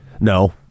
No